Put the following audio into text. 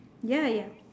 ya ya